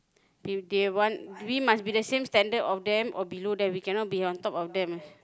they they want we must be the same standard of them or below them we cannot be on top of them ah